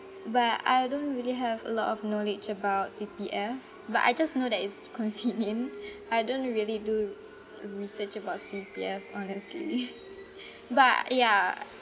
but I don't really have a lot of knowledge about C_P_F but I just know that it's convenient I don't really do res~ research about C_P_F honestly but ya